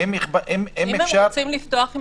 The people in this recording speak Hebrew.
זו ההתקהלות.